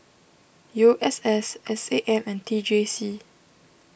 U S S S A M and T J C